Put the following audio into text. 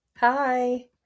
Hi